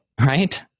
right